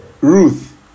Ruth